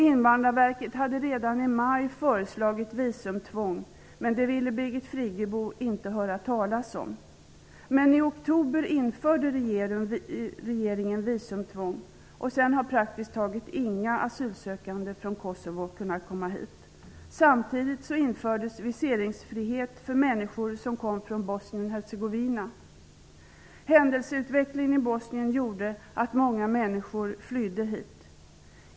Invandrarverket hade redan i maj föreslagit visumtvång, men det ville Birgit Friggebo inte höra talas om. I oktober införde regeringen visumtvång, och sedan dess har praktiskt taget inga asylsökande från Kosovo kunnat komma hit. Samtidigt infördes viseringsfrihet för människor som kom från Händelseutvecklingen i Bosnien gjorde att många människor flydde hit.